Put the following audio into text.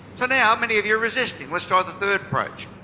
so now many of you are resisting? let's try the third approach.